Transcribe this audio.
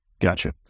Gotcha